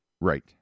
Right